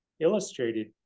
illustrated